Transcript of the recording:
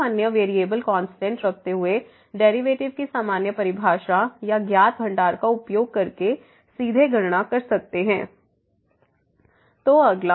हम अन्य variable constant रखते हुए डेरिवेटिव की सामान्य परिभाषा या ज्ञात भंडार का उपयोग करके सीधे गणना कर सकते हैं तो अगला